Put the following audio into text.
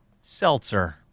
seltzer